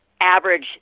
average